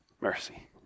Mercy